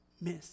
miss